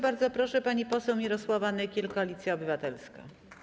Bardzo proszę, pani poseł Mirosława Nykiel, Koalicja Obywatelska.